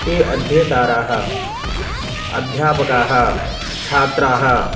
ये अध्येतारः अध्यापकाः छात्राः